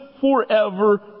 forever